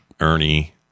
Ernie